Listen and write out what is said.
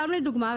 לדוגמה,